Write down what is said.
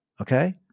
Okay